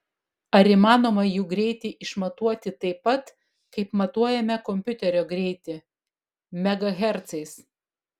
ar įmanoma jų greitį išmatuoti taip pat kaip matuojame kompiuterio greitį megahercais